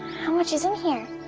how much is in here?